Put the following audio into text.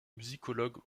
musicologue